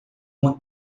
uma